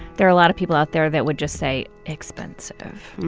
there are a lot of people out there that would just say expensive,